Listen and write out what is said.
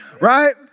Right